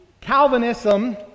Calvinism